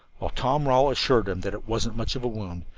while tom rawle assured him that it wasn't much of a wound,